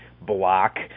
block